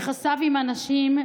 יחסיו עם אנשים,